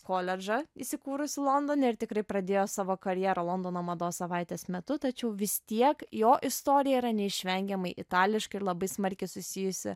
koledžą įsikūrusi londone ir tikrai pradėjo savo karjerą londono mados savaitės metu tačiau vis tiek jo istorija yra neišvengiamai itališka ir labai smarkiai susijusi